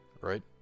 Right